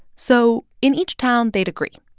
so in each town, they'd agree,